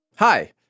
Hi